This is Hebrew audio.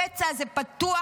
הפצע הזה פתוח,